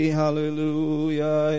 hallelujah